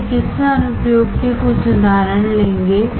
हम चिकित्सा अनुप्रयोगों के कुछ उदाहरण लेंगे